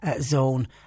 zone